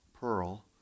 Pearl